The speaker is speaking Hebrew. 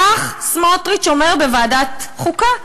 כך סמוטריץ אומר בוועדת החוקה.